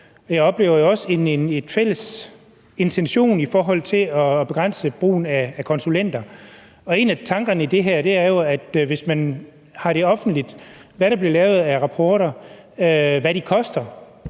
jeg oplever jo også en fælles intention i forhold til at begrænse brugen af konsulenter. En af tankerne i det her er jo, at hvis det er offentligt, hvad der bliver lavet af rapporter, hvad de koster,